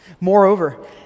moreover